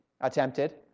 attempted